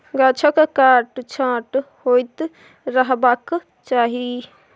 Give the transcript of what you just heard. गाछक काट छांट होइत रहबाक चाही